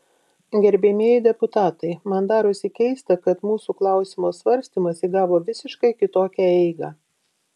gerbiamieji deputatai man darosi keista kad mūsų klausimo svarstymas įgavo visiškai kitokią eigą